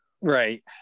right